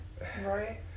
Right